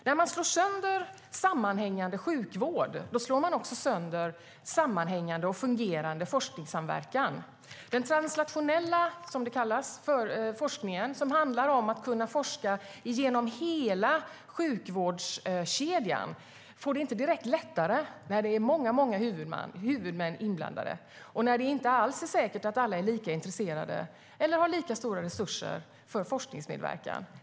När man slår sönder sammanhängande sjukvård slår man också sönder sammanhängande och fungerande forskningssamverkan. Den transnationella forskningen, som handlar om att kunna forska på hela sjukvårdskedjan, får det inte precis lättare när det är många huvudmän inblandade och när det inte alls är säkert att alla är lika intresserade eller har lika stora resurser för forskningsmedverkan.